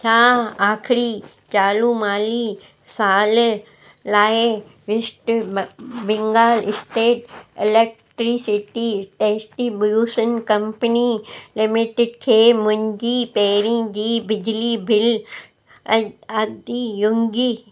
छा आख़िरी चालू माली साल लाइ वेस्ट बं Bengal state electricity distribution company limited खे मुंहिंजी पहिरीं जी बिजली बिल अद अदयुंगी